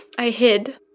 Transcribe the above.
i hid